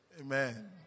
Amen